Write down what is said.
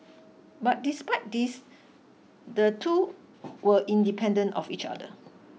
but despite this the two were independent of each other